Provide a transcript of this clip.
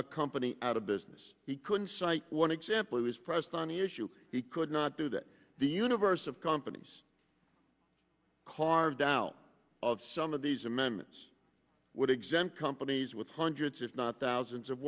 a company out of business he couldn't cite one example he was pressed on the issue he could not do that the universe of companies carved out of some of these amendments would exempt companies with hundreds if not thousands of